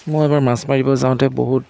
মই এবাৰ মাছ মাৰিব যাওঁতে বহুত